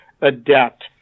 adapt